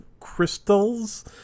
Crystals